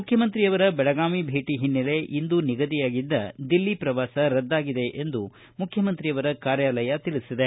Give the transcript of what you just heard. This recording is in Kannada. ಮುಖ್ಯಮಂತ್ರಿಯವರ ಬೆಳಗಾವಿ ಭೇಟಿಒ ಹಿನ್ನೆಲೆ ಇಂದು ನಿಗದಿಯಾಗಿದ್ದ ದಿಲ್ಲಿ ಪ್ರವಾಸ ರದ್ದಾಗಿದೆ ಎಂದು ಮುಖ್ಲಮಂತ್ರಿ ಕಾರ್ಯಾಲಯ ತಿಳಿಸಿದೆ